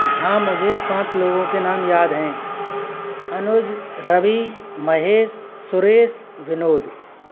हाँ मुझे पाँच लोगों के नाम याद हैं अनुज रवि महेश सुरेश विनोद